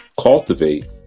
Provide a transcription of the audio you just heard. cultivate